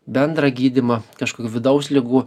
bendrą gydyma kažkokių vidaus ligų